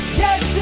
yes